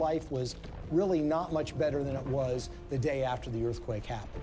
life was really not much better than it was the day after the earthquake happen